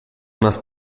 nas